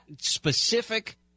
specific